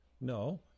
No